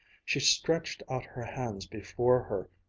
she stretched out her hands before her,